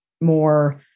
more